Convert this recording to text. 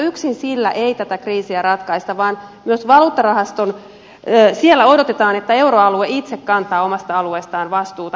yksin sillä ei tätä kriisiä ratkaista vaan myös valuuttarahastossa odotetaan että euroalue itse kantaa omasta alueestaan vastuuta